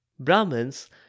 Brahmins